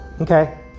Okay